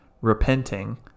repenting